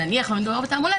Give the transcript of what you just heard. נניח שמדובר בתעמולה,